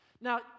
Now